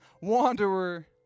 wanderer